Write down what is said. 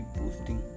boosting